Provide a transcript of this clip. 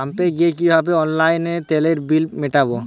পাম্পে গিয়ে কিভাবে অনলাইনে তেলের বিল মিটাব?